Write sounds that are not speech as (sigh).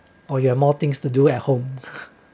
oh ya more things to do at home (laughs)